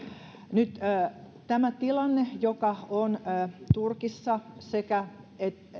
nyt tämä tilannehan joka on turkissa sekä